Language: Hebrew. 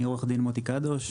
אני עו"ד מוטי קדוש,